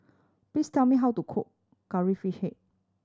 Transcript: please tell me how to cook Curry Fish Head